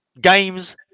games